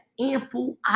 ample